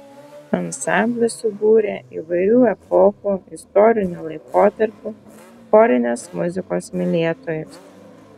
ansamblis subūrė įvairių epochų istorinių laikotarpių chorinės muzikos mylėtojus